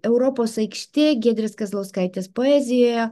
europos aikštė giedrės kazlauskaitės poezijoje